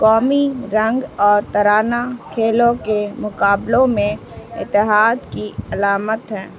قومی رنگ اور ترانہ کھیلوں کے مقابلوں میں اتحاد کی علامت ہیں